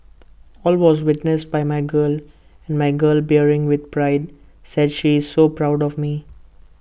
all was witnessed by my girl and my girl bearing with pride said she is so proud of me